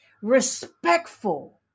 respectful